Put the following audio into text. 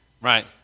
Right